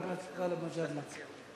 חבר הכנסת גאלב מג'אדלה.